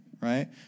right